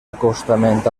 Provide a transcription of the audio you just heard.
acostament